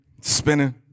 spinning